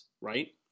right